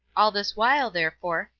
all this while, therefore,